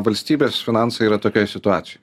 valstybės finansai yra tokioj situacijoj